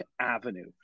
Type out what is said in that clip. Avenue